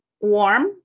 warm